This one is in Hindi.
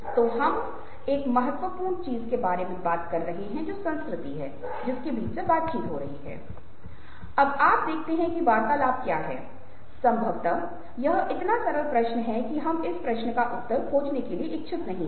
यहाँ मैं छल साझा करना चाहूंगा की छल के दौरान हम अपनी भावनात्मक अभिव्यक्तियों को नियंत्रित कर रहे हैं हम उन्हें लीक करने का प्रबंधन करते हैं